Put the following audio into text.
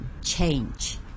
change